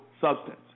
substance